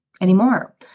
anymore